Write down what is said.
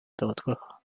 دادگاه